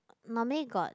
normally got